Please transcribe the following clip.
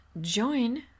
join